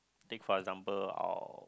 take for example I'll